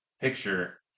picture